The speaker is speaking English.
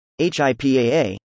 HIPAA